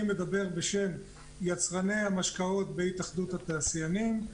אני מדבר בשם יצרני המשקאות בהתאחדות התעשיינים.